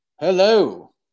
Hello